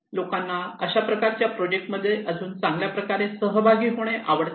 लोकांना अशा प्रकारच्या प्रोजेक्टमध्ये अजून चांगल्या प्रकारे सहभागी होणे आवडते का